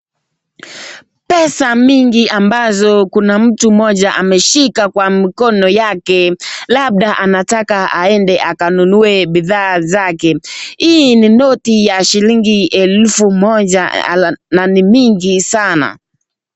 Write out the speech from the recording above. Pesa mingi ambazo kuna mtu mmoja ameshika kwa mkono yake labda anataka aende akanunue bidhaa zake. Hii ni noti ya shilingi elfu moja na ni mingi sana.